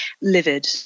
livid